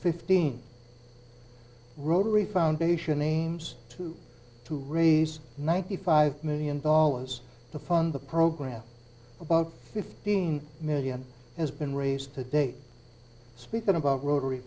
fifteen rotary foundation aims to to raise ninety five million dollars to fund the program about fifteen million has been raised to date speaking about rotary